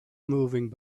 moving